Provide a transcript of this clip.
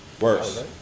Worse